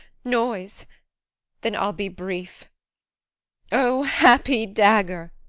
noise then i'll be brief o happy dagger!